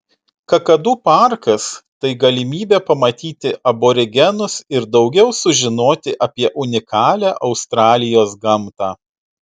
kakadu parkas tai galimybė pamatyti aborigenus ir daugiau sužinoti apie unikalią australijos gamtą